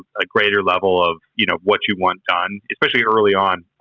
a greater level of, you know, what you want done, especially early on.